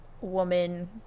woman